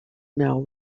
now